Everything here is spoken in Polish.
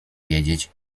wiedzieć